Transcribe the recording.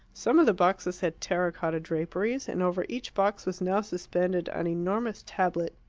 some of the boxes had terra-cotta draperies, and over each box was now suspended an enormous tablet,